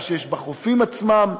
מה שיש בחופים עצמם,